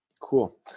cool